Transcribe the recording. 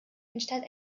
entstand